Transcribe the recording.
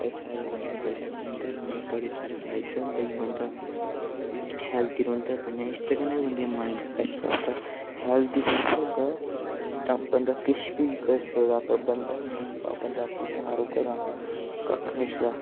इन्नै सारी गेम्में दे बड़े सारे फायदे होंदे बंदा हैल्दी रौंह्दा कन्नै इसदै कन्नै माईंड फ्रैश रौंह्दा हैल्दी होगा ते बंदा किश बी करी सकदा ते अगर बिमार होगा ते कक्ख नीं होई सकदा